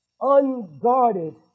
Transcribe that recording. Unguarded